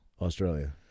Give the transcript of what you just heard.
Australia